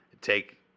take